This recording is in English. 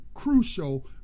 crucial